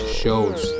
shows